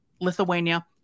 Lithuania